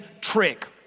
trick